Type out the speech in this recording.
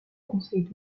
conseil